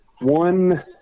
one